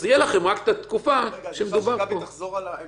אפשר ליצור מדרג לגבי אותם פשעים